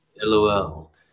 LOL